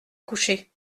coucher